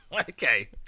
okay